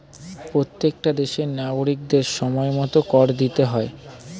প্রত্যেকটা দেশের নাগরিকদের সময়মতো কর দিতে হয়